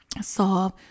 solve